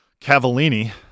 Cavallini